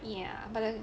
ya but then